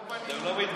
אנחנו לא פנינו לבג"ץ.